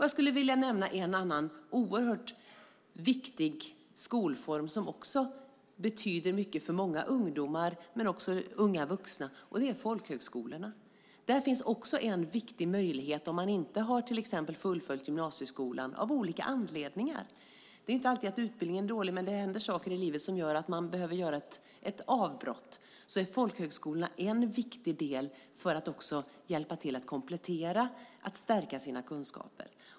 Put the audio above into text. Jag skulle vilja nämna en annan oerhört viktig skolform som också betyder mycket för många ungdomar, men också unga vuxna. Det är folkhögskolorna. Där finns också en viktig möjlighet om man till exempel inte har fullföljt gymnasieskolan av någon anledning. Det är inte alltid så att utbildningen är dålig, utan det händer saker i livet som gör att man behöver göra ett avbrott. Då är folkhögskolorna en viktig del för att hjälpa till att komplettera och stärka sina kunskaper.